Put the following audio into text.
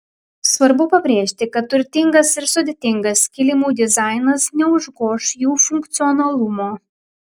svarbu pabrėžti kad turtingas ir sudėtingas kilimų dizainas neužgoš jų funkcionalumo